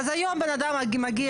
אולי יש נמנעים?